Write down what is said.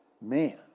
man